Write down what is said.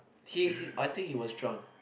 he I think he was drunk